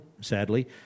sadly